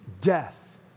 death